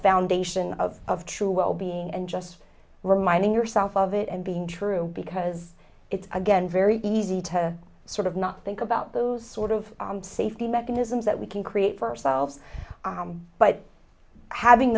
foundation of of true well being and just reminding yourself of it and being true because it's again very easy to sort of not think about those sort of safety mechanisms that we can create for ourselves but having